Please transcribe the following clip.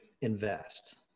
invest